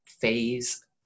phase